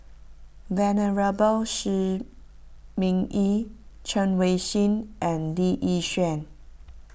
Venerable Shi Ming Yi Chen Wen Hsi and Lee Yi Shyan